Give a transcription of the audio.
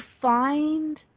find